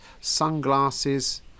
sunglasses